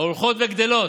ההולכות וגדלות,